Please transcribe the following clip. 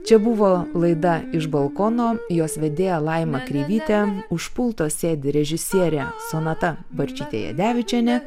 čia buvo laida iš balkono jos vedėja laima kreivytė už pulto sėdi režisierė sonata barčytė jadevičienė